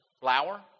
flour